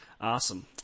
Awesome